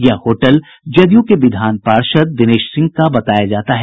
यह होटल जदयू के विधान पार्षद दिनेश सिंह का बताया जाता है